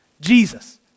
Jesus